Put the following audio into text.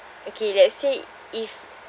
okay let's say if